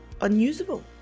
unusable